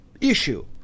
issue